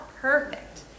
Perfect